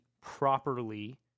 properly